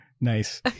nice